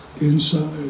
inside